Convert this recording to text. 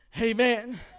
Amen